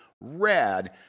rad